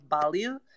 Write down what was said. value